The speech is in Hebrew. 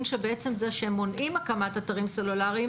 שבעצם זה שהם מונעים הקמת אתרים סלולריים,